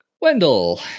Wendell